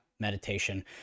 meditation